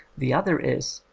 the other is,